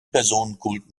personenkult